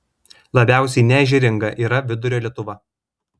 labiausiai neežeringa yra vidurio lietuva